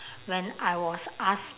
when I was asked